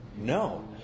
No